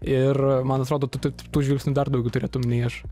ir man atrodo tu tu tų žvilgsniu dar daugiau turėtum nei aš